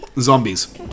Zombies